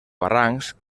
barrancs